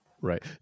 right